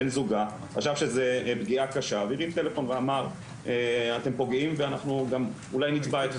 בן זוגה חשב שזה פגיעה קשה ואמר 'אתם פוגעים ואנחנו גם אולי נתבע אתכם'.